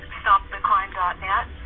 stopthecrime.net